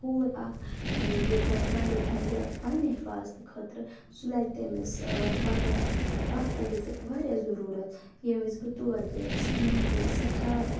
کوٗر اَکھ یہِ ٹایکانٛڈو گِنٛدِ پَننہِ حِفاظتہٕ خٲطرٕ سُہ لَگہِ تٔمِس پَگہہ وقتہٕ وِزِ واریاہ ضٔروٗرت ییٚمہِ وِزِ بہٕ تور گٔیَس مےٚ مِلے سؠٹھاہ